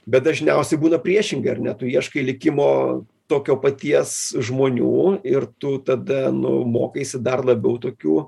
bet dažniausi būna priešingai ar ne tu ieškai likimo tokio paties žmonių ir tu tada nu mokaisi dar labiau tokių